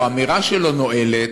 או שאמירה שלו נואלת,